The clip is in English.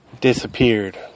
disappeared